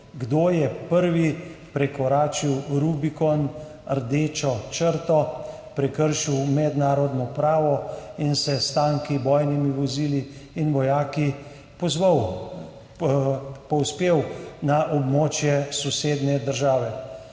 kdo je prvi prekoračil Rubikon, rdečo črto, prekršil mednarodno pravo in se s tanki, bojnimi vozili in vojaki povzpel na območje sosednje države.